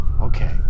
Okay